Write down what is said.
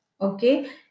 Okay